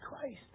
Christ